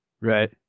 Right